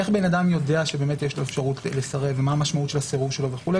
איך אדם יודע שיש לו אפשרות לסרב ומה משמעות הסירוב שלו וכו'?